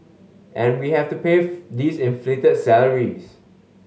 and we have to pay these inflated salaries